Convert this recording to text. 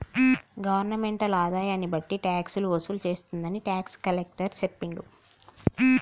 governmental ఆదాయన్ని బట్టి టాక్సులు వసూలు చేస్తుందని టాక్స్ కలెక్టర్ సెప్పిండు